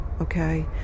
okay